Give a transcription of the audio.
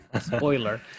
spoiler